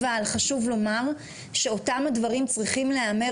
חשוב לומר שאותם הדברים צריכים להיאמר